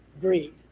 greed